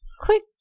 quick